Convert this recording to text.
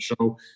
show